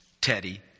Teddy